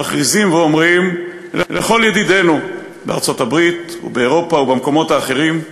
מכריזים ואומרים לכל ידידינו בארצות-הברית ובאירופה ובמקומות אחרים: